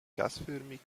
gasförmig